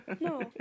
No